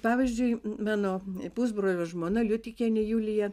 pavyzdžiui mano pusbrolio žmona liutikienė julija